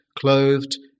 clothed